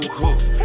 hooks